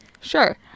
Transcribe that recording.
Sure